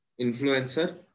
influencer